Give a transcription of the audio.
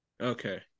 Okay